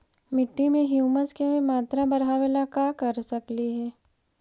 मिट्टी में ह्यूमस के मात्रा बढ़ावे ला का कर सकली हे?